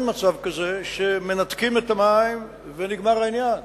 אין מצב כזה שמנתקים את המים ונגמר העניין.